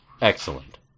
Excellent